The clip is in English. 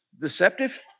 deceptive